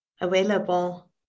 available